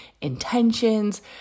intentions